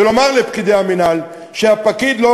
ולומר לפקידי המינהל שהפקיד,